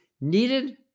needed